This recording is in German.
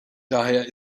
daher